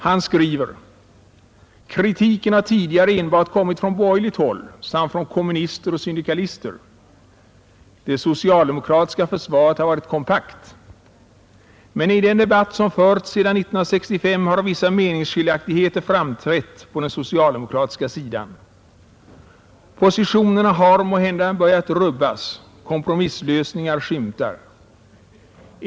Han skriver: ”Kritiken har tidigare enbart kommit från borgerligt håll samt från kommunister och syndikalister; det socialdemokratiska försvaret har varit kompakt. Men i den debatt som förts sedan 1965 har vissa meningsskiljaktigheter framträtt på den socialdemokratiska sidan. Positionerna har måhända börjat rubbas, kompromisslösningar skymtar.